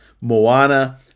Moana